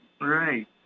Right